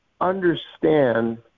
understand